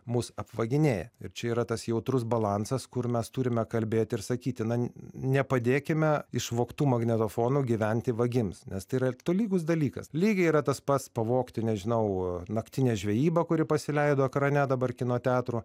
mus apvaginėja ir čia yra tas jautrus balansas kur mes turime kalbėti ir sakyti nepadėkime išvogtų magnetofonų gyventi vagims nes tai yra tolygus dalykas lygiai yra tas pats pavogti nežinau naktinę žvejybą kuri pasileido ekrane dabar kino teatrų